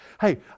hey